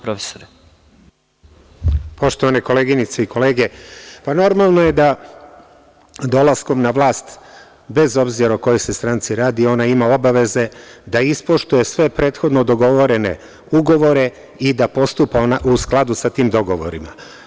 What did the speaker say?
Poštovane koleginice i kolege, normalno je da dolaskom na vlast bez obzira o kojoj se stranci radi, ona ima obaveze da ispoštuje sve prethodno dogovorene ugovore i da postupa u skladu sa tim dogovorima.